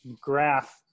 graph